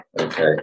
Okay